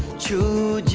to